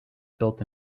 built